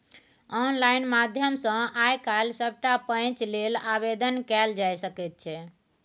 online माध्यम सँ आय काल्हि सभटा पैंच लेल आवेदन कएल जाए सकैत छै